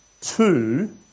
two